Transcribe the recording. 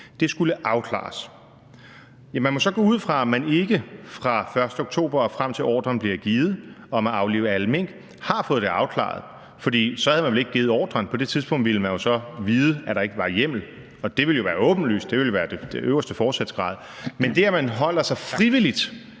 det skulle afklares. Man må så gå ud fra, at man ikke, fra den 1. oktober og frem til ordren om at aflive alle mink bliver givet, har fået det afklaret, for så havde man vel ikke givet ordren. På det tidspunkt ville man jo så vide, at der ikke var hjemmel, og det ville være åbenlyst, at det ville være den højeste forsætsgrad. Men er det ikke forsætligt,